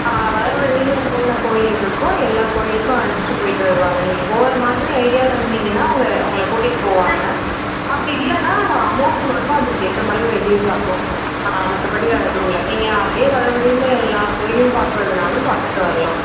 ஆ வர வழியில் என்னென்ன கோயில் இருக்கோ எல்லா கோயிலுக்கும் அழைச்சிட்டு போயிட்டு வருவாங்க நீங்கள் போகிற மாதிரி ஐடியாவில் இருந்தீங்கன்னா உங்களை உங்களை கூட்டிகிட்டு போவாங்க அப்படி இல்லைன்னா அமௌண்ட்டு மட்டும் அதுக்கேற்ற மாதிரி ரெடியூஸ் ஆகும் மற்றபடி வேற எதுவும் இல்லை நீங்கள் அப்டி வர வழியில் எல்லா கோயிலேயும் பார்க்கறதுனாலும் பார்த்துட்டு வரலாம்